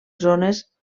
zones